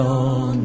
on